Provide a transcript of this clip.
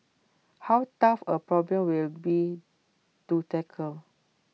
how tough A problem will be to tackle